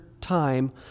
time